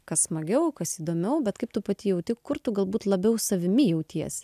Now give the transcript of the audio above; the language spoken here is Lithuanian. kas smagiau kas įdomiau bet kaip tu pati jauti kur tu galbūt labiau savimi jautiesi